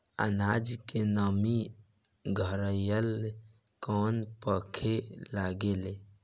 आनाज के नमी घरयीत कैसे परखे लालो?